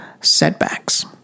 setbacks